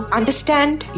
understand